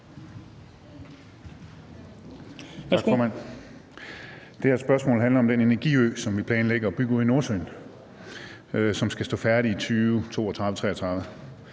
Det her spørgsmål handler om den energiø, som vi planlægger at bygge ude i Nordsøen, og som skal stå færdig i 2032-33.